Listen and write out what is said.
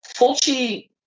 Fulci –